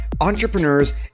entrepreneurs